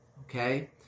Okay